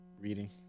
reading